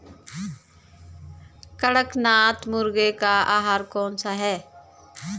कड़कनाथ मुर्गे का आहार कौन सा है?